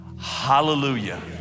Hallelujah